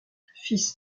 fils